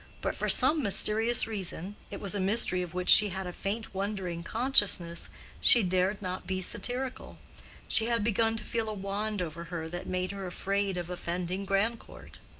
but for some mysterious reason it was a mystery of which she had a faint wondering consciousness she dared not be satirical she had begun to feel a wand over her that made her afraid of offending grandcourt.